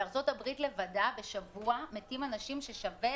בארצות הברית לבדה בשבוע מתים אנשים שמספרם שווה